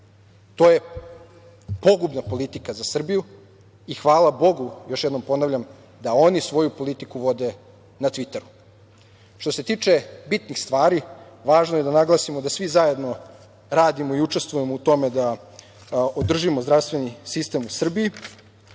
To je pogubna politika za Srbiju. I hvala Bogu, još jednom ponavljam, da oni svoju politiku vode na tviteru. Što se tiče bitnih stvari, važno je da naglasimo da svi zajedno radimo i učestvujemo u tome da održimo zdravstveni sistem u Srbiji